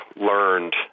learned